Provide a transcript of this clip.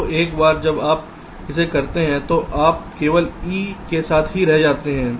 तो एक बार जब आप इसे करते हैं तो आप केवल e के साथ ही रह जाते हैं